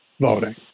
Voting